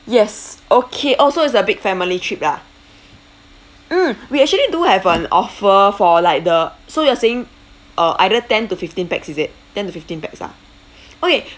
yes okay oh so it's a big family trip lah mm we actually do have an offer for like the so you are saying uh either ten to fifteen pax is it ten to fifteen pax ah okay